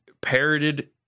parroted